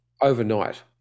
overnight